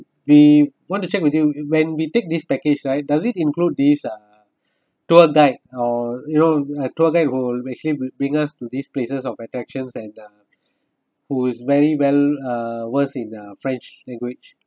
we want to check with you when we take this package right does it include this uh tour guide or you know a tour guide who actually will bring us to these places or attraction and uh who is very well uh versed in the french language